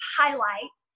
highlight